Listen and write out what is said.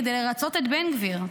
כדי לרצות את בן גביר,